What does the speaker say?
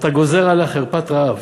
אתה גוזר עליה חרפת רעב.